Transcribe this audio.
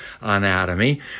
anatomy